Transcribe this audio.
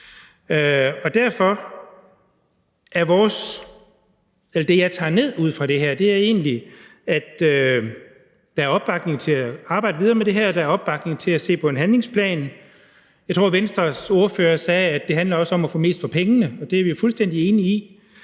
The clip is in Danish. Derfor er det, jeg tager ned ud fra det her, egentlig, at der er opbakning til at arbejde videre med det her, og der er opbakning til at se på en handlingsplan. Jeg tror, at Venstres ordfører sagde, at det også handler om at få mest for pengene, og det er vi fuldstændig enige i.